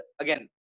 again